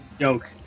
joke